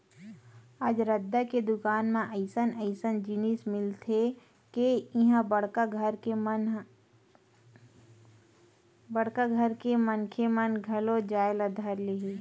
आज रद्दा के दुकान म अइसन अइसन जिनिस मिलथे के इहां बड़का घर के मनखे मन घलो जाए ल धर ले हे